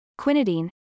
quinidine